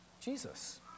Jesus